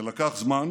זה לקח זמן,